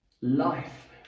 Life